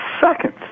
seconds